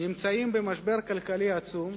נמצאים במשבר כלכלי עצום,